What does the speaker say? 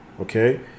okay